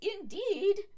Indeed